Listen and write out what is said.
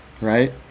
right